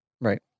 Right